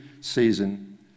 season